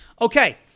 Okay